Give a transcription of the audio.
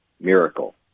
miracle